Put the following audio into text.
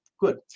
good